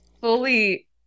fully